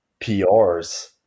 PRs